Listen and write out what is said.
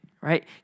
right